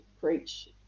preach